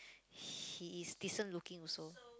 he is decent looking also